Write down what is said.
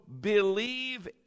believe